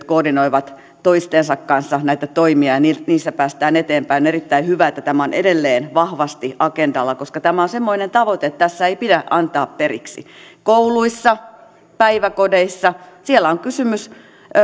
koordinoivat toistensa kanssa näitä toimia ja niissä päästään eteenpäin on erittäin hyvä että tämä on edelleen vahvasti agendalla koska tämä on semmoinen tavoite että tässä ei pidä antaa periksi kouluissa päiväkodeissa on kysymys